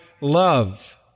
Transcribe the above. love